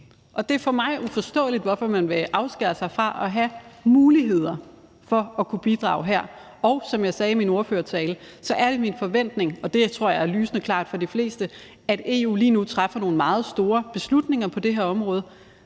og det er for mig uforståeligt, at man vil afskære sig fra at have muligheder for at kunne bidrage her. Og som jeg sagde i min ordførertale, er det min forventning – og det tror jeg er lysende klart for de fleste – at EU lige nu træffer nogle meget store beslutninger på det her område,